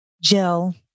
Jill